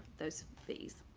those fees.